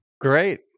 Great